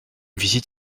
visite